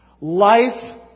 Life